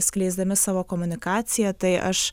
skleisdami savo komunikaciją tai aš